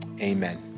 Amen